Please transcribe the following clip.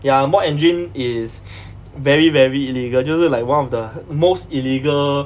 ya modify engine is very very illegal 就是 like one of the most illegal